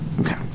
Okay